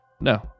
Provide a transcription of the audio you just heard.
No